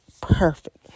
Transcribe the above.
Perfect